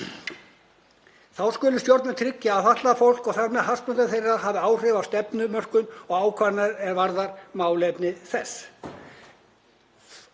Þá skulu stjórnvöld tryggja að fatlað fólk og þar með hagsmunir þess hafi áhrif á stefnumörkun og ákvarðanir er varða málefni þess.